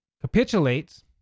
capitulates